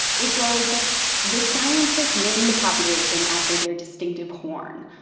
it goes the scientists named the population after their distinctive horn,